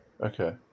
okay